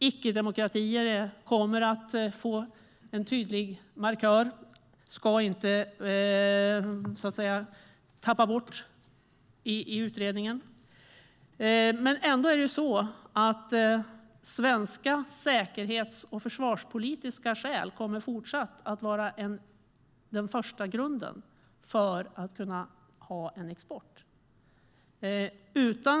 Icke-demokratier kommer att få en tydlig markör. De ska inte tappas bort i utredningen. Svenska säkerhets och försvarspolitiska skäl kommer att fortsätta att vara grunden för exporten.